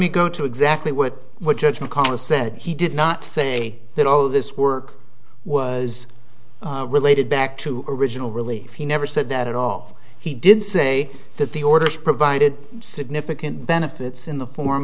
me go to exactly what judge mcconnell said he did not say that all this work was related back to original relief he never said that at all he did say that the orders provided significant benefits in the form